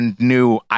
new